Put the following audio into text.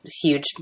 huge